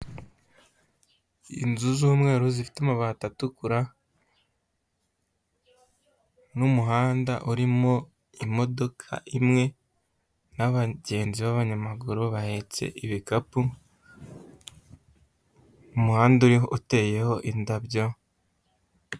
Inzu z'umweru zifite amabati atukura, n'umuhanda urimo imodoka imwe n'abagenzi b'abanyamaguru bahetse ibikapu, umuhanda uteyeho indabyo.